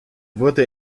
wurde